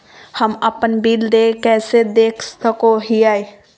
हम अपन बिल देय कैसे देख सको हियै?